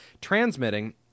transmitting